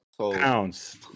Pounds